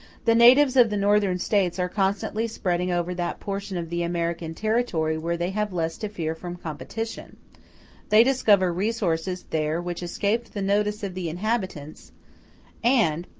the natives of the northern states are constantly spreading over that portion of the american territory where they have less to fear from competition they discover resources there which escaped the notice of the inhabitants and,